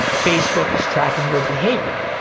facebook is tracking your behavior.